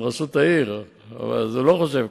אבל הוא שואף לאפס.